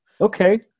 Okay